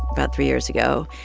about three years ago,